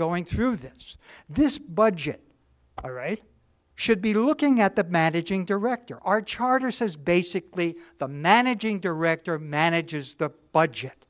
going through this this budget i right should be looking at the managing director our charter says basically the managing director manages the budget